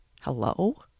Hello